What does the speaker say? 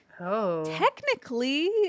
technically